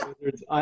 Wizards